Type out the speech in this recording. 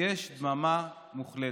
שיתמודד.